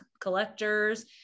collectors